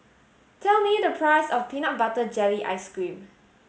tell me the price of peanut butter jelly ice cream